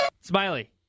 Smiley